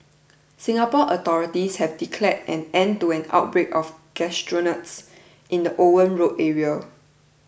Singapore authorities have declared an end to an outbreak of gastroenteritis in the Owen Road area